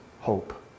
hope